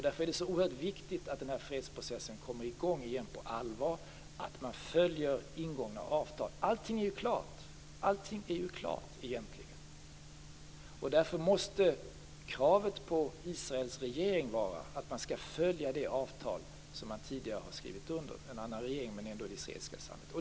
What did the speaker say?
Därför är det så oerhört viktigt att fredsprocessen kommer i gång igen på allvar och att man följer ingångna avtal. Allting är ju klart egentligen. Därför måste kravet på Israels regering vara att följa det avtal som man tidigare har skrivit under. Det gjordes av en annan regering men ändå i det israeliska samhället.